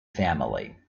family